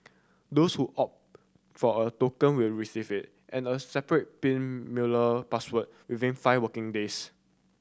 those who opt for a token will receive it and a separate pin mailer password within five working days